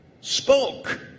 spoke